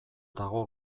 dago